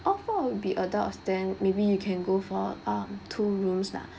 all four will be adults then maybe you can go for um two rooms lah